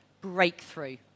breakthrough